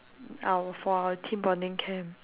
our for our team bonding camp